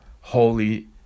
Holy